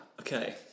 Okay